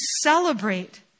celebrate